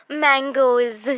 mangoes